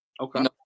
okay